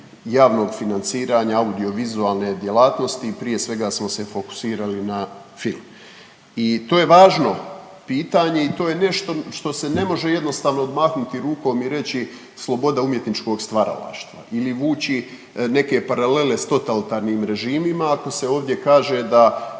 javnog financiranja audiovizualne djelatnosti i prije svega smo se fokusirali na film. I to je važno pitanje i to je nešto što se ne može jednostavno odmahnuti rukom i reći, sloboda umjetničkog stvaralaštva ili vući neke paralele s totalitarnim režimima ako se ovdje kaže da